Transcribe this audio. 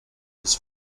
his